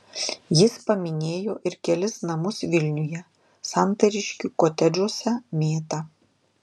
jis paminėjo ir kelis namus vilniuje santariškių kotedžuose mėta